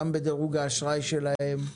גם בדירוג האשראי שלהם,